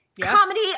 Comedy